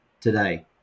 today